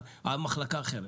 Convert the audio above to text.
מחלקה אחרת